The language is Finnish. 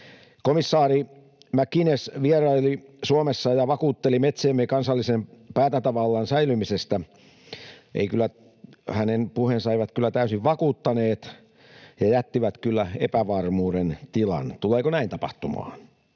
Komissaari McGuinness vieraili Suomessa ja vakuutteli metsiemme kansallisen päätäntävallan säilymisestä. Hänen puheensa eivät kyllä täysin vakuuttaneet ja jättivät kyllä epävarmuuden tilan, tuleeko näin tapahtumaan.